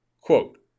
Quote